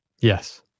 yes